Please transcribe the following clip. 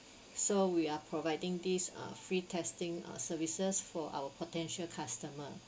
so we are providing these uh free testing uh services for our potential customer